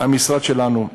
המשרד שלנו,